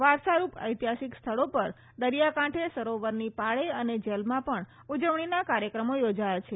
વારસારૂપ એતિહાસિક સ્થળો પર દરિયા કાંઠે સરોવરની પાળે અને જેલોમાં પણ ઉજવણીના કાર્યક્રમો યોજાયા છે